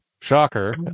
Shocker